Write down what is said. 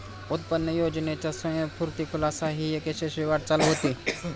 उत्पन्न योजनेचा स्वयंस्फूर्त खुलासा ही एक यशस्वी वाटचाल होती